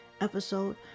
episode